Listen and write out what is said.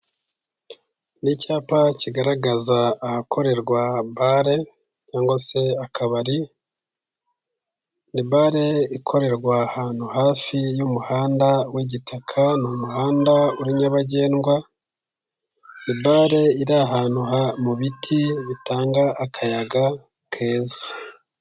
Ni icyapa kigaragaza ahakorerwa bare ,cyangwa se akabari ,ni bare ikorerwa ahantu hafi y'umuhanda w'igitaka ,ni umuhanda uri nyabagendwa, ni bare iri ahantu mu biti bitanga akayaga keza.